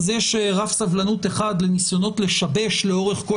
זה שרף סבלנות אחד לניסיונות לשבש לאורך כל